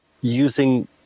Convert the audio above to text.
using